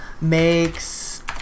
makes